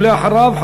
ואחריו,